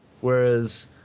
Whereas